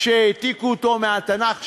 שהעתיקו אותו מהתנ"ך שלנו,